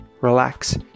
relax